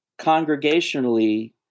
congregationally